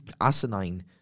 asinine